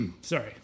Sorry